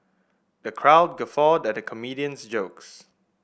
the crowd guffawed at the comedian's jokes